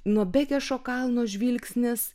nuo bekešo kalno žvilgsnis